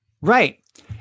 Right